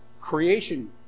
creation